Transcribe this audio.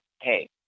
hey